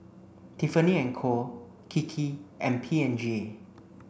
Tiffany and Co Kiki and P and G